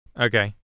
okay